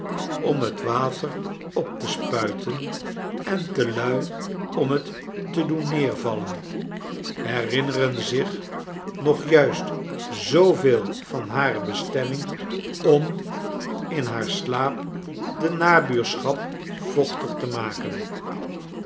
om het water op te spuiten en te lui om het te doen neervallen herinneren zicli nog juist zooveel van hare bestemming om in haar slaap de nabuurschap vochtig te maken